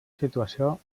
situació